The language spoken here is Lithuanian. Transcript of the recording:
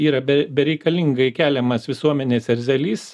yra be bereikalingai keliamas visuomenės erzelys